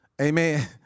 Amen